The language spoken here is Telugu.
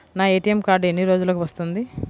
నా ఏ.టీ.ఎం కార్డ్ ఎన్ని రోజులకు వస్తుంది?